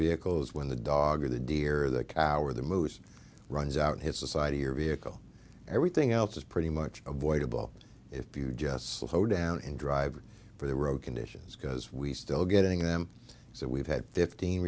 vehicles when the dog or the deer or the cow or the moose runs out his society or vehicle everything else is pretty much avoidable if you just slow down and drive for the road conditions because we still getting them so we've had fifteen